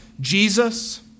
Jesus